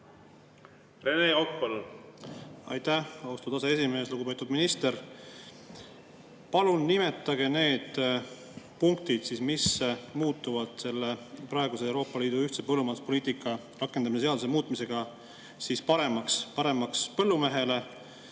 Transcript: Rene Kokk, palun! Aitäh, austatud aseesimees! Lugupeetud minister! Palun nimetage need punktid, mis muutuvad selle praeguse Euroopa Liidu ühise põllumajanduspoliitika rakendamise seaduse muutmisega paremaks – paremaks